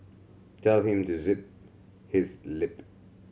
tell him to zip his lip